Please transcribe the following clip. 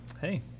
Hey